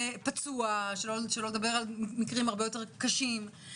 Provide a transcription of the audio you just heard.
פצוע, שלא לדבר על מקרים הרבה יותר קשים.